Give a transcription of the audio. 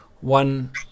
one